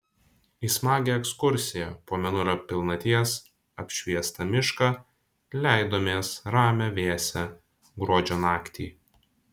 į smagią ekskursiją po mėnulio pilnaties apšviestą mišką leidomės ramią vėsią gruodžio naktį